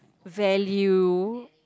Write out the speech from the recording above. value